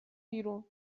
بیرون